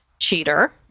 cheater